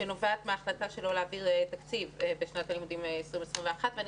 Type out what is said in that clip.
שנובעת מההחלטה שלא להעביר תקציב בשנת הלימודים 2021 ואני